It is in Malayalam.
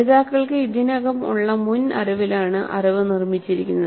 പഠിതാക്കൾക്ക് ഇതിനകം ഉള്ള മുൻ അറിവിലാണ് അറിവ് നിർമ്മിച്ചിരിക്കുന്നത്